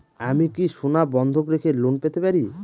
আমি কি সোনা বন্ধক রেখে লোন পেতে পারি?